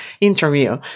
interview